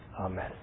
Amen